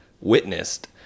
witnessed